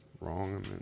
wrong